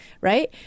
right